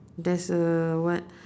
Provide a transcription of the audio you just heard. there's a what